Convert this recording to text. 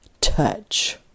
touch